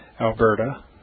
Alberta